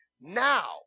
now